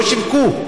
לא שיווקו.